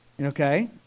okay